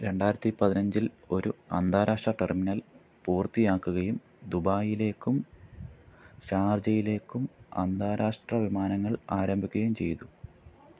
രണ്ടായിരത്തി പതിനഞ്ചിൽ ഒരു അന്താരാഷ്ട്ര ടെർമിനൽ പൂർത്തിയാക്കുകയും ദുബായിലേക്കും ഷാർജയിലേക്കും അന്താരാഷ്ട്ര വിമാനങ്ങൾ ആരംഭിക്കുകയും ചെയ്തു